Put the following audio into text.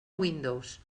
windows